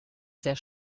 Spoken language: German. sehr